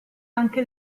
anche